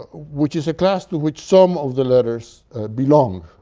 ah which is a class to which some of the letters belong.